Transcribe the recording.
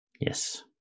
Yes